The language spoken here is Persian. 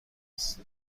هست